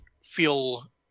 feel